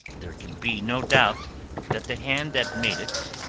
there can be no doubt that the hand that made it,